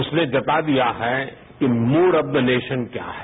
उसने जता दिया है कि मूड ऑफ द नेशन क्या है